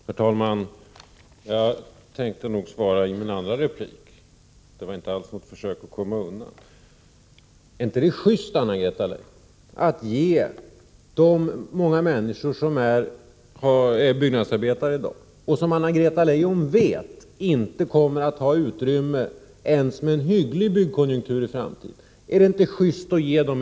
Herr talman! Jag tänkte svara på arbetsmarknadsministerns frågor i min andra replik, så jag gjorde inte något försök att komma undan. Är det inte juste, Anna-Greta Leijon, att ge de många byggnadsarbetarna som Anna-Greta Leijon vet att det inte kommer att finnas utrymme för ens med en hygglig byggkonjunktur i framtiden — ett klart besked?